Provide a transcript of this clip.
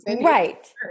Right